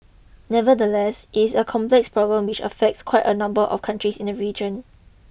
nevertheless it is a complex problem which affects quite a number of countries in the region